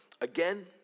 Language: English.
Again